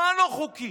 מה לא חוקי?